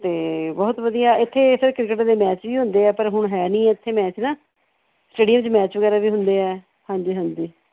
ਅਤੇ ਬਹੁਤ ਵਧੀਆ ਇੱਥੇ ਸਰ ਕ੍ਰਿਕਟ ਦੇ ਮੈਚ ਵੀ ਹੁੰਦੇ ਹੈ ਪਰ ਹੁਣ ਹੈ ਨਹੀਂ ਇੱਥੇ ਮੈਚ ਨਾ ਸਟੇਡੀਅਮ 'ਚ ਮੈਚ ਵਗੈਰਾ ਵੀ ਹੁੰਦੇ ਹੈ ਹਾਂਜੀ ਹਾਂਜੀ